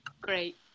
Great